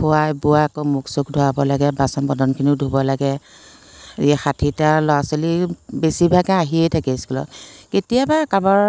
খোৱাই বোৱাই আকৌ মুখ চুখ ধুৱাব লাগে বাচন বৰ্তনখিনিও ধুব লাগে এই ষাঠিটা ল'ৰা ছোৱালীৰ বেছি ভাগে আহিয়ে থাকে স্কুলত কেতিয়াবা কাৰোবাৰ